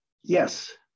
Yes